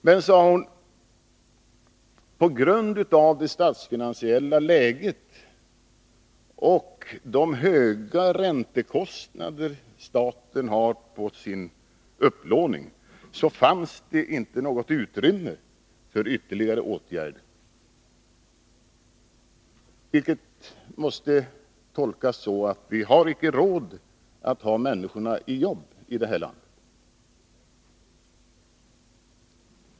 Men, sade hon, på grund av det statsfinansiella läget och de höga räntekostnader staten har på sin upplåning fanns det inte något utrymme för ytterligare åtgärder. Detta måste tolkas så, att vi icke har råd att ha människorna i jobb i det här landet.